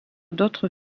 d’autres